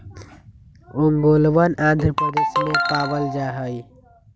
ओंगोलवन आंध्र प्रदेश में पावल जाहई